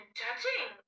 judging